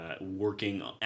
working